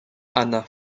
anna